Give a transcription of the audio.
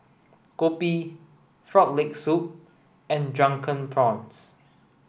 Kopi frog leg soup and drunken prawns